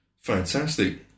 Fantastic